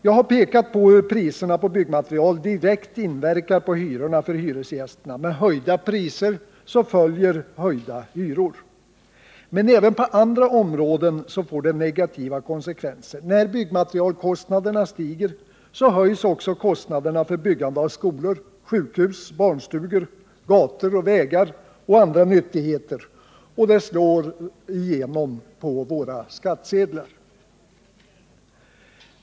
Jag har pekat på hur priserna på byggmaterial direkt inverkar på hyrorna för hyresgästerna: med höjda priser följer höjda hyror. Men även på andra områden får det negativa konsekvenser. När byggmaterialkostnaderna stiger höjs också kostnaderna för byggande av skolor, sjukhus, barnstugor, gator, vägar och andra nyttigheter, vilket slår igenom på våra skattsedlar.